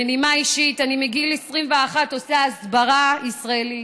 בנימה אישית, אני מגיל 21 עושה הסברה ישראלית.